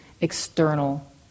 external